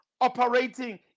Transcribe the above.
operating